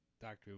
Doctor